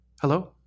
Hello